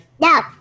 No